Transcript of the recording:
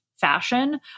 fashion